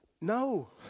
No